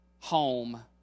home